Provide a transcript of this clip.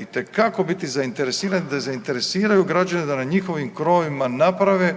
itekako biti zainteresirani da zainteresiraju građane da na njihovim krovovima naprave